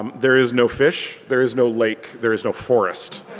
um there is no fish, there is no lake, there is no forrest.